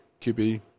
QB